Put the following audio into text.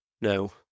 No